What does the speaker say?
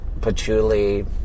patchouli